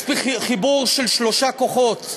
יש חיבור של שלושה כוחות: